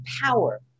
power